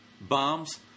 bombs